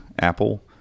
Apple